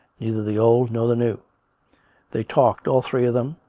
neither the old nor the new they talked, all three of them,